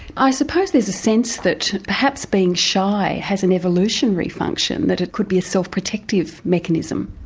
i suppose there's a sense that perhaps being shy has an evolutionary function that it could be a self protective mechanism?